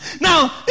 now